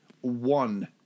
one